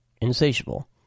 insatiable